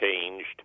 changed